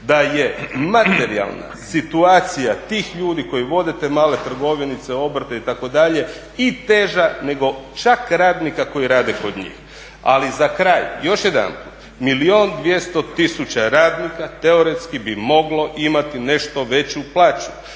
da je materijalna situacija tih ljudi koji vode te male trgovinice, obrte itd. i teža nego čak radnika koji rade kod njih. Ali za kraj još jedanput milijun i 200 tisuća radnika teoretski bi moglo imati nešto veću plaću.